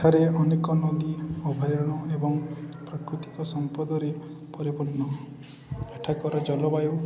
ଏଠାରେ ଅନେକ ନଦୀ ଅଭୟାରଣ୍ୟ ଏବଂ ପ୍ରାକୃତିକ ସମ୍ପଦରେ ପରିପୂର୍ଣ୍ଣ ଏଠାକାରର ଜଳବାୟୁ